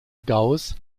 gauß